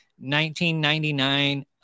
1999